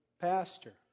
pastor